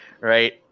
right